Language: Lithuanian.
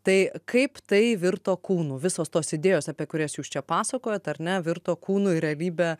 tai kaip tai virto kūnu visos tos idėjos apie kurias jūs čia pasakojat ar ne virto kūnu ir realybe